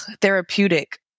therapeutic